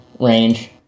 range